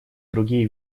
другие